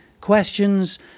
questions